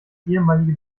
ehemalige